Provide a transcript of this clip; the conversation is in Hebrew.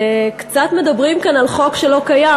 קצת מדברים כאן על חוק שלא קיים,